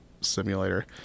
simulator